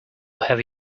have